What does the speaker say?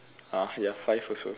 uh ya five also